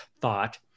thought